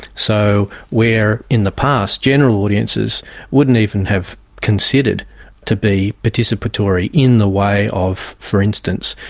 so where in the past general audiences wouldn't even have considered to be participatory in the way of, for instance,